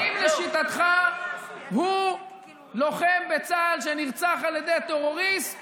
האם לשיטתך הוא לוחם בצה"ל שנרצח על ידי טרוריסט